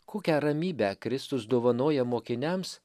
kokią ramybę kristus dovanoja mokiniams